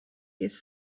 his